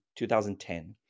2010